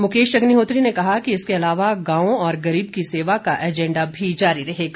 मुकेश अग्निहोत्री ने कहा कि इसके अलावा गांव और गरीब की सेवा का एजेंडा भी जारी रहेगा